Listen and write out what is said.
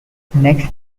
next